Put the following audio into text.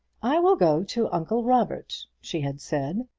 i will go to uncle robert, she had said.